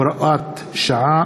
(הוראת שעה),